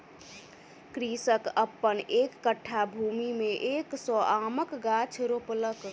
कृषक अपन एक कट्ठा भूमि में एक सौ आमक गाछ रोपलक